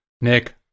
Nick